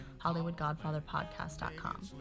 hollywoodgodfatherpodcast.com